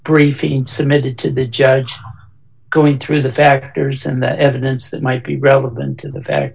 briefing submitted to the judge going through the factors and that evidence that might be relevant to the